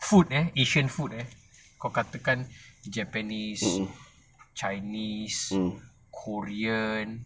food eh asian food eh kau kata kan japanese chinese korean